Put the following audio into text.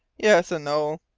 yes and no.